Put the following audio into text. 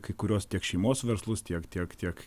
kai kuriuos tiek šeimos verslus tiek tiek tiek